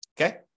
Okay